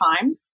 time